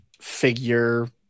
figure